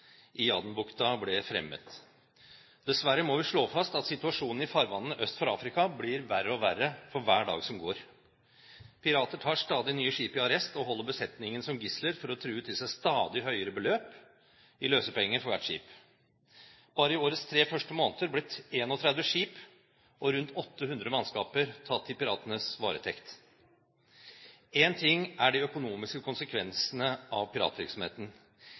Adenbukta ble fremmet. Dessverre må vi slå fast at situasjonen i farvannene øst for Afrika blir verre og verre for hver dag som går. Pirater tar stadig nye skip i arrest og holder besetningen som gisler for å true til seg stadig høyere beløp i løsepenger for hvert skip. Bare i årets tre første måneder ble 31 skip og rundt 800 mannskaper tatt i piratenes varetekt. En ting er de økonomiske konsekvensene av piratvirksomheten.